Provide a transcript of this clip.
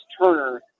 Turner